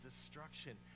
destruction